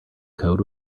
code